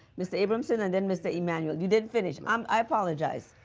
mr. abramson, and then mr. emanuel. you didn't finish. um i apologize.